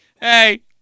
Hey